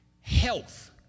Health